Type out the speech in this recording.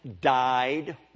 died